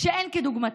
שאין כדוגמתה.